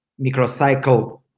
microcycle